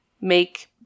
make